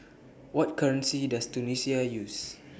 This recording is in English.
What currency Does Tunisia use